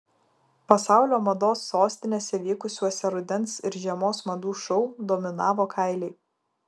pasaulio mados sostinėse vykusiuose rudens ir žiemos madų šou dominavo kailiai